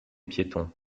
piétons